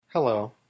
Hello